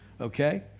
okay